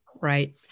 right